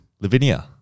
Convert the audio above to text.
Lavinia